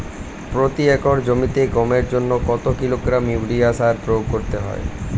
প্রতি একর জমিতে গমের জন্য কত কিলোগ্রাম ইউরিয়া সার প্রয়োগ করতে হয়?